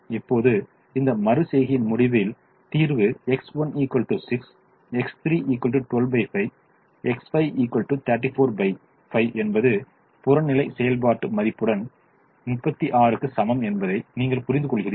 இப்போது இந்த மறு செய்கையின் முடிவில் தீர்வு X1 6 X3 125 X5 345 என்பது புறநிலை செயல்பாட்டு மதிப்புடன் 36 க்கு சமம் என்பதை நீங்கள் புரிந்துகொள்கிறீர்கள்